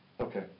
Okay